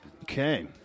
Okay